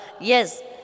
Yes